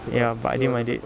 ya but I didn't mind it